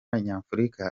nyafurika